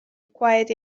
acquired